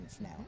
now